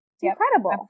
incredible